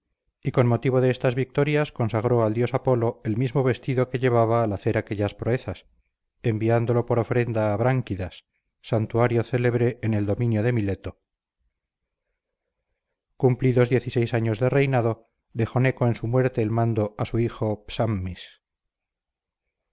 y con motivo de estas victorias consagró al dios apolo el mismo vestido que llevaba al hacer aquellas proezas enviándolo por ofrenda a bránquidas santuario célebre en el dominio de mileto cumplidos años de reinado dejó neco en su muerte el mando a su hijo psammis